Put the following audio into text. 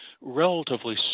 relatively